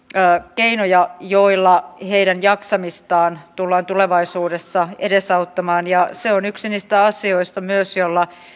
keinoja joilla heidän jaksamistaan tullaan tulevaisuudessa edesauttamaan se on myös yksi niistä asioista joilla